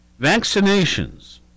Vaccinations